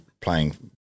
playing